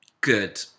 Good